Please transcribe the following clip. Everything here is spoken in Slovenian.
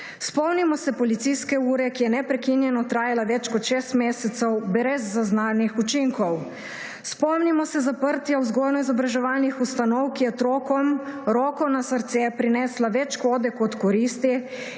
Spomnimo se policijske ure, ki je neprekinjeno trajala več kot šest mesecev brez zaznanih učinkov. Spomnimo se zaprtja vzgojno-izobraževalnih ustanov, ki je otrokom, roko na srce, prineslo več škode kot koristi,